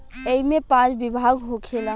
ऐइमे पाँच विभाग होखेला